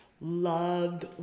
loved